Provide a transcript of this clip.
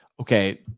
okay